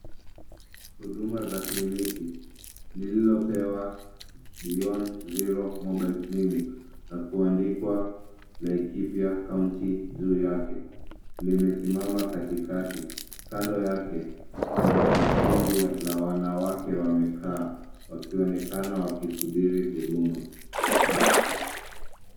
Huduma za kliniki lililopewa Beyond Zero Mobile Clinic na kuandikwa Laikipia County juu yake limesimama katikati. Kando yake kuna kikundi la wanawake wamekaa wakionekana wakisubiri huduma.